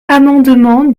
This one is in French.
amendement